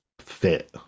fit